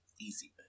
Easy